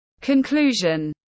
Conclusion